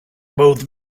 both